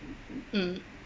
mm